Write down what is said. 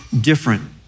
different